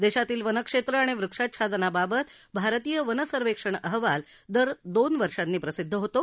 देशातील वनक्षेत्र आणि वृक्षाच्छादनाबाबत भारतीय वन सर्वेक्षण अहवाल दर दोन वर्षांनी प्रसिद्ध होतो